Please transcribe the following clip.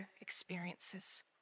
experiences